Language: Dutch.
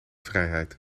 vrijheid